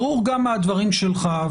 ברור גם מהדברים שלך,